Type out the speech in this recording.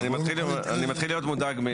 אני מתחיל להיות מודאג.